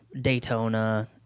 Daytona